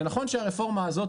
זה נכון שהרפורמה הזאת,